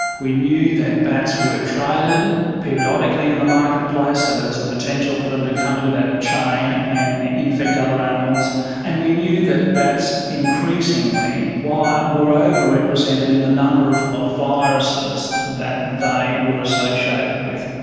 we knew that bats were traded periodically in the marketplace so there was a potential for them to come into that chain and infect other animals and we knew that bats increasingly were over-represented in the number of of viruses that they were associated with.